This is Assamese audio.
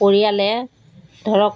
পৰিয়ালে ধৰক